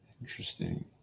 Interesting